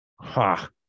Ha